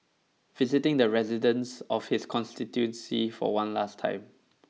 visiting the residents of his constituency for one last time